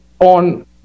on